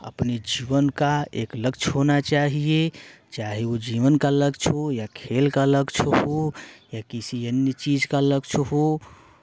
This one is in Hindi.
अपने जीवन का एक लक्ष्य होना चाहिए चाहे वो जीवन का लक्ष्य हो या खेल का लक्ष्य हो या किसी अन्य चीज़ का लक्ष्य हो